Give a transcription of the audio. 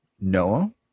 Noah